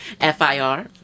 F-I-R